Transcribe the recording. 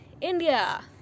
India